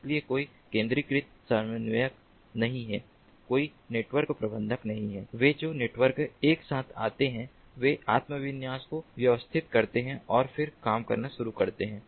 इसलिए कोई केंद्रीकृत समन्वयक नहीं है कोई नेटवर्क प्रबंधक नहीं है वे जो नोड्स एक साथ आते हैं वे आत्म विन्यास को व्यवस्थित करते हैं और फिर काम करना शुरू करते हैं